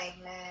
Amen